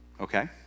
okay